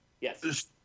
yes